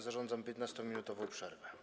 Zarządzam 15-minutową przerwę.